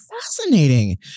Fascinating